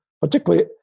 particularly